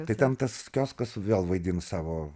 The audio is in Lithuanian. tai ten tas kioskas vėl vaidins savo